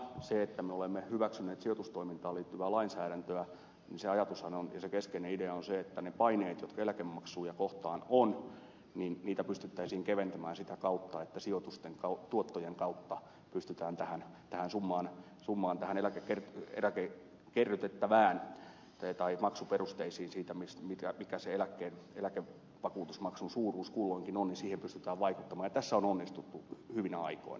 sen että me olemme hyväksyneet sijoitustoimintaan liittyvää lainsäädäntöä ajatus ja keskeinen ideahan on se että niitä paineita joita eläkemaksuja kohtaan on pystyttäisiin keventämään sitä kautta että sijoitusten tuottojen kautta pystytään vaikuttamaan tähän summaan tähän eläkekerrytettävään tai maksuperusteisiin vaikuttamaan siihen mikä se eläkevakuutusmaksun suuruus kulloinkin on ja tässä on onnistuttu hyvinä aikoina